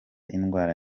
indwara